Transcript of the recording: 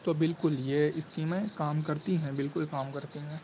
تو بالکل یہ اسکیمیں کام کرتی ہیں بالکل کام کرتی ہیں